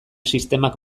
sistemak